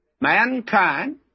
Mankind